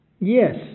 Yes